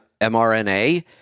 mRNA